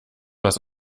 was